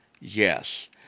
Yes